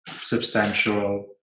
substantial